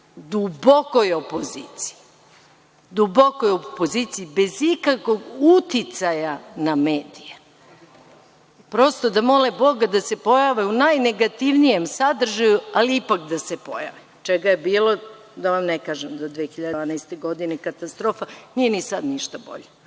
dubokoj opoziciji, bez ikakvog uticaja na medije, prosto da mole boga da se pojave u najnegativnijem sadržaju, ali ipak da se pojave, čega je bilo da vam ne kažem do 2012. godine, katastrofa. Nije ni sad ništa bolje. Godine